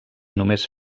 només